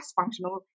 functional